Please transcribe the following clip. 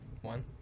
one